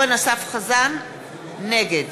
נגד